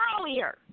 earlier